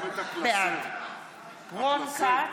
בעד רון כץ,